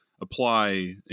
apply